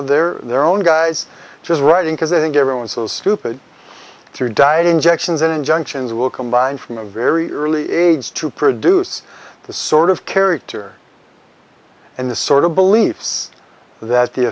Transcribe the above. of their their own guys just writing because they think everyone is so stupid through diet injections and injunctions will combine from a very early age to produce the sort of character and the sort of beliefs that the